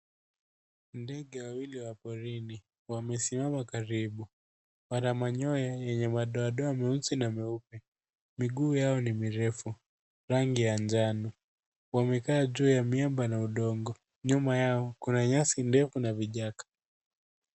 Ndege wawili wa porini wamesimama karibu. Wana manyoya yenye madoadoa meusi na meupe. Miguu yao ni mirefu, rangi ya njano. Wamekaa juu ya miamba na udongo. Nyuma yao kuna nyasi ndefu na vichaka.